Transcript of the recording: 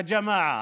יא ג'מאעה.